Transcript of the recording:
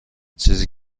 چیزی